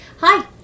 Hi